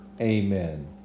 Amen